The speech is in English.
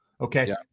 Okay